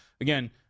again